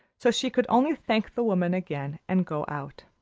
so she could only thank the woman again and go out